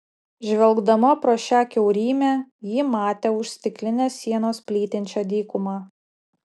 žvelgdama pro šią kiaurymę ji matė už stiklinės sienos plytinčią dykumą